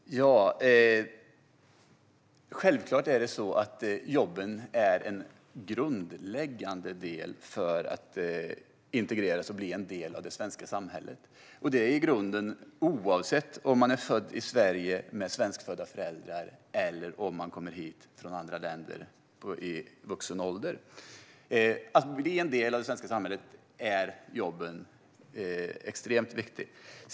Herr talman! Självklart är det så att jobben är en grundläggande del för att människor ska integreras och bli en del av det svenska samhället, och det i grunden oavsett om man är född i Sverige av svenskfödda föräldrar eller om man kommer hit från ett annat land i vuxen ålder. För att bli en del av det svenska samhället är jobb extremt viktigt.